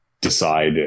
decide